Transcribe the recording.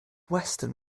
western